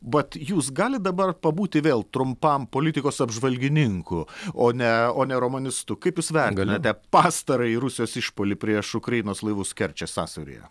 vat jūs galit dabar pabūti vėl trumpam politikos apžvalgininku o ne o ne romanistu kaip jūs vertinate pastarąjį rusijos išpuolį prieš ukrainos laivus kerčės sąsiauryje